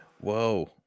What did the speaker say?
Whoa